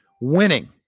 winning